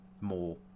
more